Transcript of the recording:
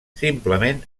simplement